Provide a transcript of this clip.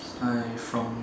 I from